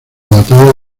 batalla